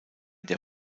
der